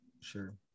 Sure